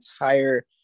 entire